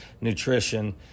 nutrition